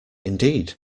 indeed